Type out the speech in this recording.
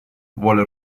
vuole